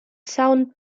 sound